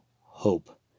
hope